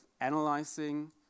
analyzing